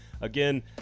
Again